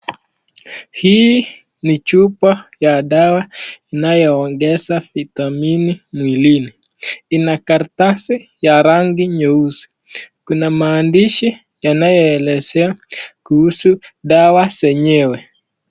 Hii ni chupa ya dawa inayo ongeza vitamini mwilini ina kartasi ya rangi nyeusi kuna maandishi yanayo elezea kuhusu dawa zenyewe